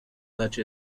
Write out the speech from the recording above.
such